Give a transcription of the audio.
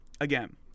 again